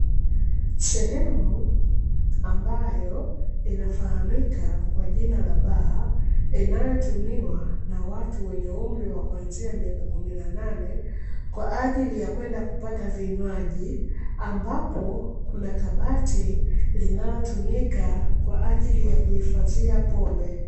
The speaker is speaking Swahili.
Sehemu ambayo inafahamika kwa jina la baa, inayotumiwa na watu wenye umri kuanzia miaka kumi na nane, kwa ajili ya kwenda kupata vinywaji ambapo Kuna kabati linalotumika kwa ajili ya kuhifadhia pombe.